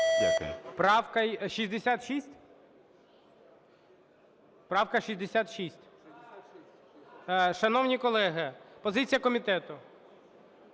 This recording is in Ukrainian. Правка 66? Правка 66. Шановні колеги, позиція комітету.